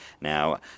now